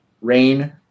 Rain